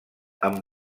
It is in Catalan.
amb